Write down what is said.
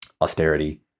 austerity